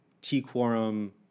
T-Quorum